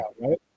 right